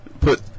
Put